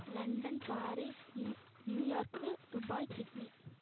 London Paris new New York Dubai Sydney